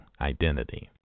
identity